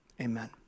Amen